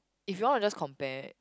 if you all wanna just compare